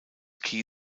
key